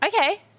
Okay